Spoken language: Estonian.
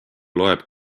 loeb